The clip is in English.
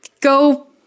go